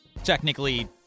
Technically